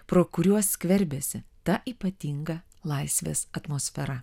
pro kuriuos skverbiasi ta ypatinga laisvės atmosfera